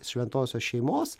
šventosios šeimos